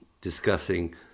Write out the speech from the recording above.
discussing